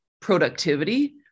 productivity